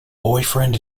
boyfriend